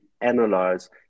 analyze